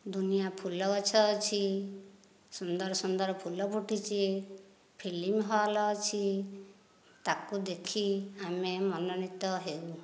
ଦୁନିଆ ଫୁଲ ଗଛ ଅଛି ସୁନ୍ଦର ସୁନ୍ଦର ଫୁଲ ଫୁଟିଛି ଫିଲ୍ମ ହଲ୍ ଅଛି ତାକୁ ଦେଖି ଆମେ ମନୋନୀତ ହେଉ